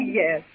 yes